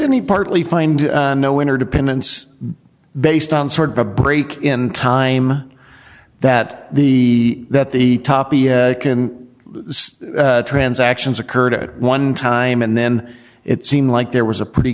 any partly find no interdependence based on sort of a break in time that the that the toppy can transactions occurred at one time and then it seemed like there was a pretty